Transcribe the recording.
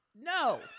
No